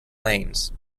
lanes